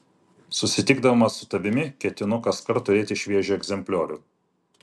susitikdamas su tavimi ketinu kaskart turėti šviežią egzempliorių